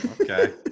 okay